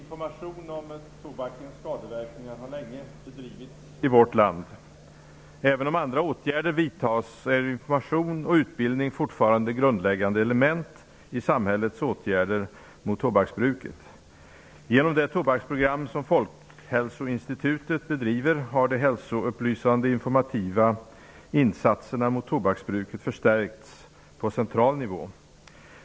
Herr talman! Information om tobakens skadeverkningar har länge bedrivits i vårt land. Även om andra åtgärder vidtas, är information och utbildning fortfarande grundläggande element i samhällets åtgärder mot tobaksbruket. Genom det tobaksprogram som Folkhälsoinstitutet bedriver har de hälsoupplysande informativa insatserna mot tobaksbruket förstärkts på central nivå.